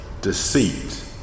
deceit